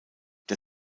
der